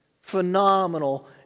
Phenomenal